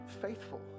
faithful